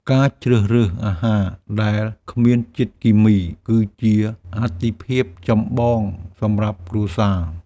ការជ្រើសរើសអាហារដែលគ្មានជាតិគីមី គឺជាអាទិភាពចម្បងសម្រាប់គ្រួសារ។